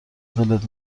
دلت